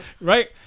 right